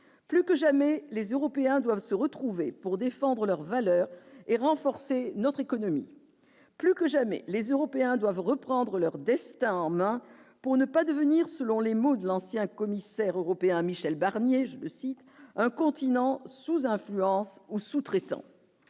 plus que jamais, les Européens doivent se retrouver pour défendre leurs valeurs et renforcer notre économie plus que jamais, les Européens doivent reprendre leur destin en main, pour ne pas devenir, selon les mots de l'ancien commissaire européen, Michel Barnier, je le cite un continent sous influence ou sous-traitants,